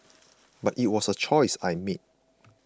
but it was a choice I made